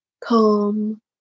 calm